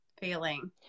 feeling